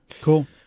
Cool